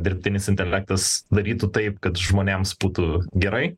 dirbtinis intelektas darytų taip kad žmonėms būtų gerai